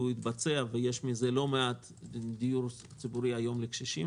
והוא התבצע ויש מזה לא מעט דיור ציבורי לקשישים.